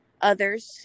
others